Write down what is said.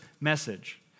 message